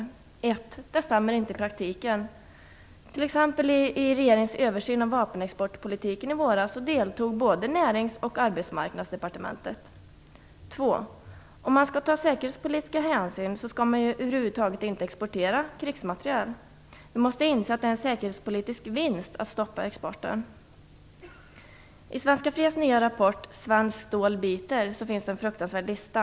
För det första: Den stämmer inte i praktiken. I regeringens översyn av vapenexportpolitiken i våras deltog t.ex. både Närings och Arbetsmarknadsdepartementet. För det andra: Om man skall ta säkerhetspolitiska hänsyn skall man över huvud taget inte exportera krigsmateriel. Vi måste inse att det är en säkerhetspolitisk vinst att stoppa exporten. I Svenska Freds nya rapport, Svenskt stål biter, finns en fruktansvärd lista.